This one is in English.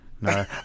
no